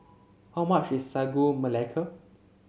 how much is Sagu Melaka